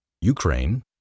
Ukraine